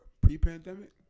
pre-pandemic